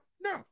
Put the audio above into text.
no